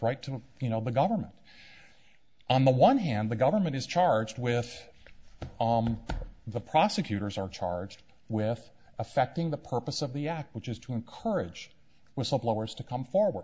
right to you know the government on the one hand the government is charged with the prosecutors are charged with affecting the purpose of the act which is to encourage whistleblowers to come forward